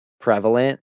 prevalent